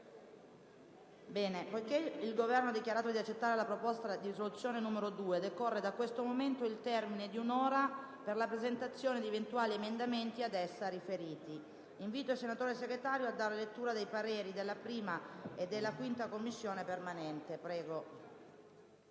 Poiché il Governo ha dichiarato di accettare la proposta di risoluzione n. 2, decorre da questo momento il termine di un'ora per la presentazione di eventuali emendamenti ad essa riferiti. Invito il senatore Segretario a dare lettura dei pareri espressi dalla 1a e dalla 5a Commissione permanente sul